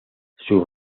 sus